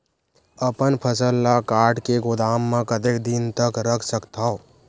अपन फसल ल काट के गोदाम म कतेक दिन तक रख सकथव?